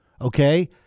Okay